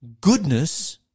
goodness